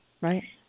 right